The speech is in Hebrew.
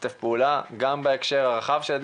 וצוותים של מרחבים בטוחים,